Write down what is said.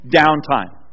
downtime